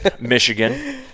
Michigan